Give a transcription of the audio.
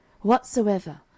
Whatsoever